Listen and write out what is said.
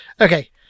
Okay